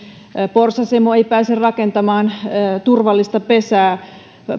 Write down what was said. porsasemo ei pääse rakentamaan turvallista pesää